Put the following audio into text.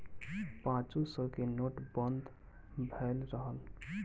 पांचो सौ के नोट बंद भएल रहल